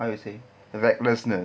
how you say recklessness